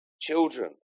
Children